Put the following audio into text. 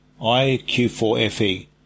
IQ4FE